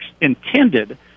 intended